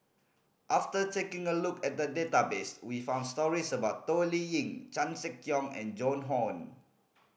after taking a look at the database we found stories about Toh Liying Chan Sek Keong and Joan Hon